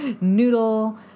noodle